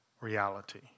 reality